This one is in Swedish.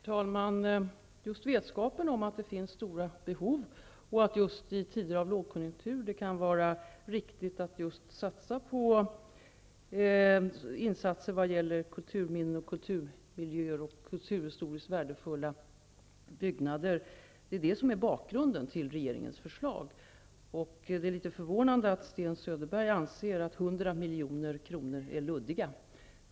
Herr talman! Det är just vetskapen om att det finns stora behov och att det i tider av lågkonjunktur kan vara riktigt att satsa på insatser vad gäller kulturminnen, kulturmiljöer och kulturhistoriskt värdefulla byggnader som är bakgrunden till regeringens förslag. Det är litet förvånande att Sten Söderberg anser att 100 milj.kr. är luddigt.